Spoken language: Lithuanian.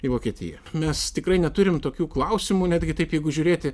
į vokietiją mes tikrai neturim tokių klausimų netgi taip jeigu žiūrėti